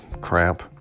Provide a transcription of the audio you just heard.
crap